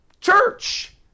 church